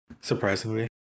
Surprisingly